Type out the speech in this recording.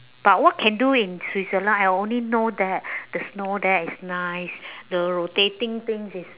but what can do in switzerland I only know that the snow there is nice the rotating things is